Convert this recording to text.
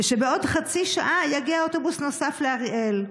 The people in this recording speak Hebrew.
ושבעוד חצי שעה יגיע אוטובוס נוסף לאריאל.